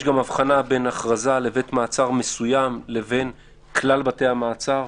יש גם הבחנה בין הכרזה לבית מעצר מסוים לבין כלל בתי המעצר.